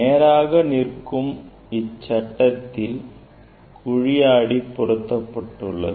நேராக நிற்கும் இச்சட்டத்தில் குழி ஆடி பொருத்தப்பட்டுள்ளது